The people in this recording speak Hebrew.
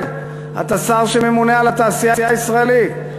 אתה שר שממונה על התעשייה הישראלית.